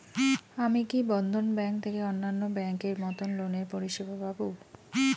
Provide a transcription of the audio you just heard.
আমি কি বন্ধন ব্যাংক থেকে অন্যান্য ব্যাংক এর মতন লোনের পরিসেবা পাব?